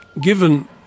given